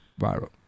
viral